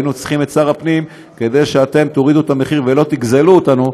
היינו צריכים את שר הפנים כדי שאתם תורידו את המחיר ולא תגזלו אותנו.